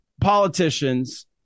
politicians